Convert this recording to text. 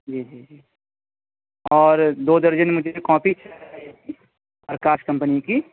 جی جی جی اور دو درجن مجھے کاپی پرکاش کمپنی کی